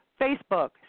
Facebook